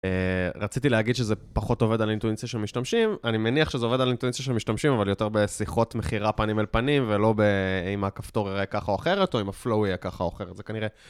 רציתי להגיד שזה פחות עובד על אינטואיציה של משתמשים, אני מניח שזה עובד על אינטואיציה של משתמשים, אבל יותר בשיחות מכירה פנים אל פנים, ולא אם הכפתור יראה ככה או אחרת, או אם ה-flow יהיה ככה או אחרת, זה כנראה...